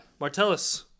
Martellus